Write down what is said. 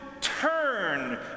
turn